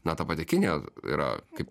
na ta pati kinija yra kaip